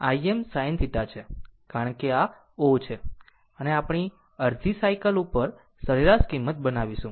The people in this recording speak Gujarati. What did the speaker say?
કારણ કે આ 0 છે અને આપણે અડધી સાયકલ ઉપર સરેરાશ કિંમત બનાવીશું